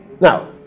now